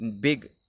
big